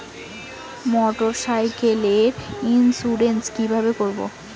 মোটরসাইকেলের ইন্সুরেন্স কিভাবে করব?